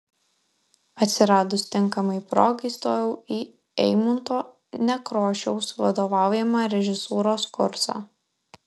atsiradus tinkamai progai stojau į eimunto nekrošiaus vadovaujamą režisūros kursą